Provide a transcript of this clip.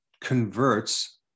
converts